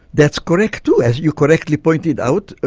that's correct too, as you correctly pointed out,